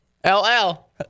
LL